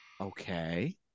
Okay